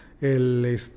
el